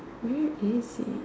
where is it